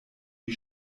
die